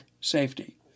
Safety